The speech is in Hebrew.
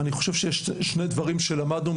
אני חושב שיש שני דברים שלמדנו,